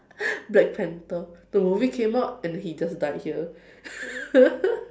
black panther the movie came out and then he just died here